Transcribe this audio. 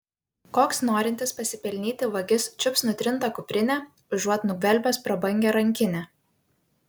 koks norintis pasipelnyti vagis čiups nutrintą kuprinę užuot nugvelbęs prabangią rankinę